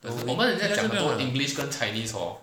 没有 lah